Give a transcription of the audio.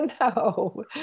No